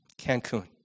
Cancun